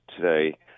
today